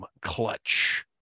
Clutch